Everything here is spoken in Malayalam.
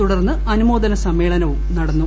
തുടർന്ന് അനുമോദന സമ്മേളനവും നടന്നു